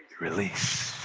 release.